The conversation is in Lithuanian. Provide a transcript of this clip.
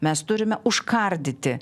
mes turime užkardyti